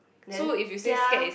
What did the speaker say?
then kia